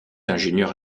ingénieur